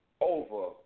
over